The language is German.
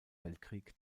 weltkrieg